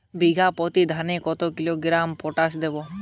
বিঘাপ্রতি ধানে কত কিলোগ্রাম পটাশ দেবো?